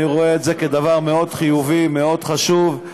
אני רואה את זה כדבר מאוד חיובי, מאוד חשוב.